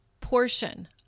portion